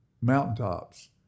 mountaintops